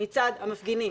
מצד המפגינים.